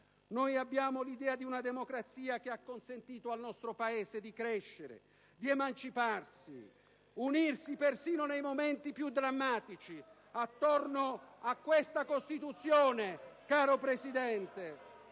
noi abbiamo l'idea di una democrazia che ha consentito al nostro Paese di crescere, di emanciparsi ed unirsi, persino nei momenti più drammatici, attorno a questa Costituzione. *(I senatori